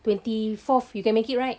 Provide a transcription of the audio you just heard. twenty fourth you can make it right